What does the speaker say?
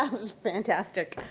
um was fantastic.